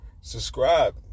subscribe